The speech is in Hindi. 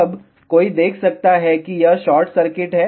अब कोई देख सकता है कि यह शॉर्ट सर्किट है